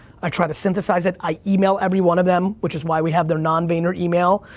i try to synthesize it. i email every one of them, which is why we have their non-vayner email.